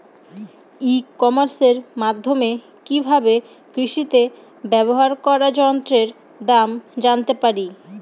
ই কমার্সের মাধ্যমে কি ভাবে কৃষিতে ব্যবহার করা যন্ত্রের দাম জানতে পারি?